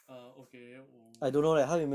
ah okay um